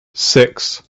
six